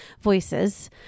voices